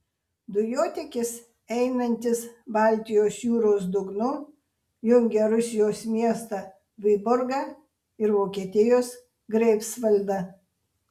dujotiekis einantis baltijos jūros dugnu jungia rusijos miestą vyborgą ir vokietijos greifsvaldą